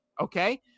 Okay